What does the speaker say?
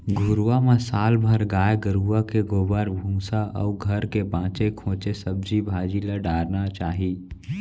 घुरूवा म साल भर गाय गरूवा के गोबर, भूसा अउ घर के बांचे खोंचे सब्जी भाजी ल डारना चाही